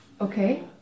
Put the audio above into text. Okay